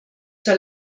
zur